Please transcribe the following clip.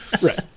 Right